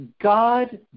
God